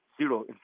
zero